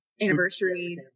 anniversary